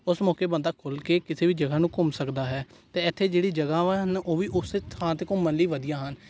ਉਸ ਮੌਕੇ ਬੰਦਾ ਖੁੱਲ੍ਹ ਕੇ ਕਿਸੇ ਵੀ ਜਗ੍ਹਾ ਨੂੰ ਘੁੰਮ ਸਕਦਾ ਹੈ ਅਤੇ ਇੱਥੇ ਜਿਹੜੀ ਜਗ੍ਹਾਵਾਂ ਹਨ ਉਹ ਵੀ ਉਸੇ ਥਾਂ 'ਤੇ ਘੁੰਮਣ ਲਈ ਵਧੀਆ ਹਨ